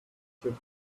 should